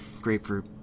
grapefruit